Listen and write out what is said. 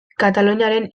kataluniaren